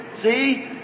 See